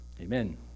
Amen